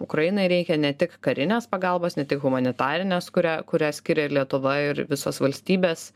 ukrainai reikia ne tik karinės pagalbos ne tik humanitarinės kurią kurią skiria ir lietuva ir visos valstybės